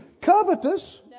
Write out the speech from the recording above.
covetous